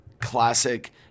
classic